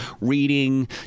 reading